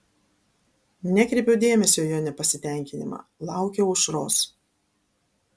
nekreipiau dėmesio į jo nepasitenkinimą laukiau aušros